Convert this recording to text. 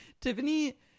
Tiffany